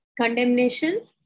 Condemnation